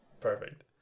Perfect